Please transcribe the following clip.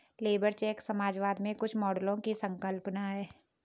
labour check समाजवाद के कुछ मॉडलों की एक संकल्पना है